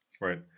Right